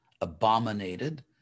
abominated